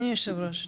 אדוני היושב-ראש,